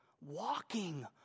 walking